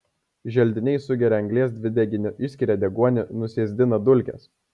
želdiniai sugeria anglies dvideginį išskiria deguonį nusėsdina dulkes